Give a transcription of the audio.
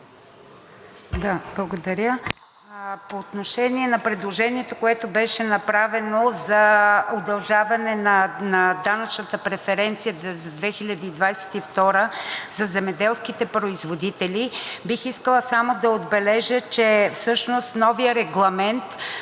Благодаря. По отношение на предложението, което беше направено, за удължаване на данъчната преференция за 2022 г. за земеделските производители, бих искала само да отбележа, че всъщност новият регламент